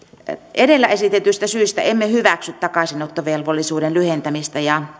edellä esitetyistä syistä emme hyväksy takaisinottovelvollisuuden lyhentämistä ja